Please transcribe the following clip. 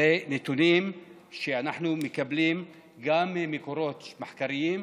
אלו נתונים שאנחנו מקבלים ממקורות מחקריים,